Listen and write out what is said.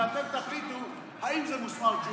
ואתם תחליטו אם זה מוסמאר ג'וחא.